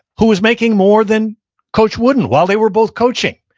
who was making more than coach wooden while they were both coaching.